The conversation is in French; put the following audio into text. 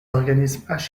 organismes